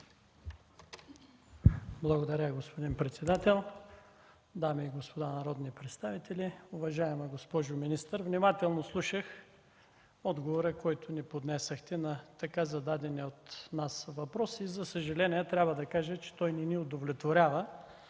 Благодаря, господин председател. Дами и господа народни представители, уважаема госпожо министър! Внимателно слушах отговора, който поднесохте на така зададения от нас въпрос, и за съжаление трябва да кажа, че той не ни удовлетворява,